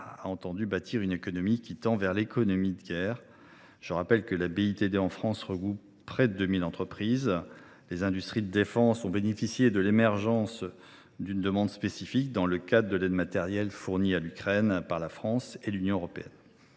a voulu bâtir une économie qui tend vers l’économie de guerre. Je rappelle que la BITD regroupe en France près de 2 000 entreprises. Les industries de défense ont bénéficié de l’émergence d’une demande spécifique, dans le cadre de l’aide matérielle fournie à l’Ukraine par la France et l’Union européenne.